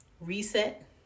Reset